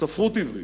ספרות עברית,